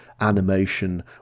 animation